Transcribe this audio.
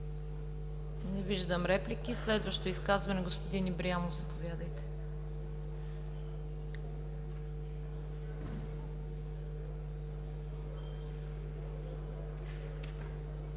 Не виждам реплики. Следващо изказване – господин Ибрямов, заповядайте.